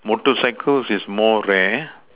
motorcycles is more rare